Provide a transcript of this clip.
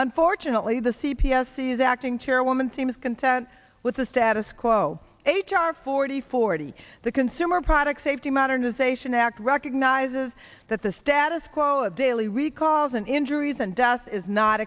unfortunately the c p s is acting chairwoman seems content with the status quo h r forty forty the consumer product safety modernization act recognizes that the status quo of daily recalls and injuries and deaths is not